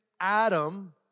Adam